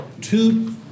two